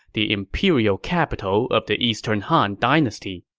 the imperial capital of the eastern han dynasty.